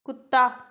ਕੁੱਤਾ